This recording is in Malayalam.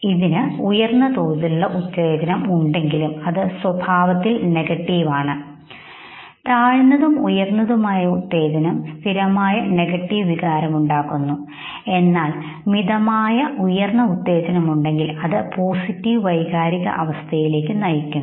ഇതിന് ഉയർന്ന തോതിലുള്ള ഉത്തേജനം ഉണ്ടെങ്കിലും അത് സ്വഭാവത്തിൽ നെഗറ്റീവ് ആണ് താഴ്ന്നതും ഉയർന്നതുമായ ഉത്തേജനം സ്ഥിരമായ നെഗറ്റീവ് വികാരമുണ്ടാക്കും എന്നാൽ നിങ്ങൾക്ക് മിതമായ ഉയർന്ന ഉത്തേജനം ഉണ്ടെങ്കിൽ അത് പോസിറ്റീവ് വൈകാരിക അവസ്ഥയിലേക്ക് നയിക്കുന്നു